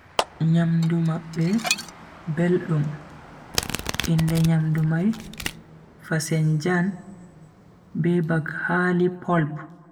Nyamdu mabbe beldum, inde nyamdu mai fasenjan, be baghali polp.